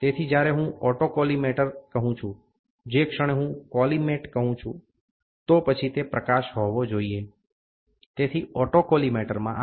તેથી જ્યારે હું ઓટોકોલીમેટર કહું છું જે ક્ષણે હું કોલિમેટ કહું છું તો પછી તે પ્રકાશ હોવો જોઈએ